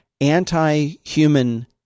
anti-human